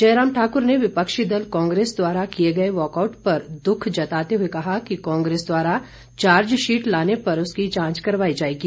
जयराम ठाकुर ने विपक्षी दल कांग्रेस द्वारा किए गए वॉकआऊट पर दुख जताते हुए कहा कि कांग्रेस द्वारा चार्जशीट लाने पर उसकी जांच करवाई जाएगी